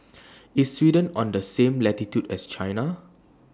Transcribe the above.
IS Sweden on The same latitude as China